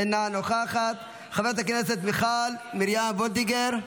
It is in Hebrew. אינה נוכחת, חברת הכנסת מיכל מרים וולדיגר,